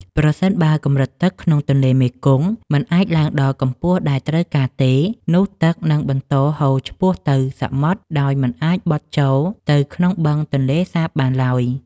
ប្រសិនបើកម្រិតទឹកក្នុងទន្លេមេគង្គមិនអាចឡើងដល់កម្ពស់ដែលត្រូវការទេ នោះទឹកនឹងបន្តហូរឆ្ពោះទៅសមុទ្រដោយមិនអាចបត់ចូលទៅក្នុងបឹងទន្លេសាបបានឡើយ។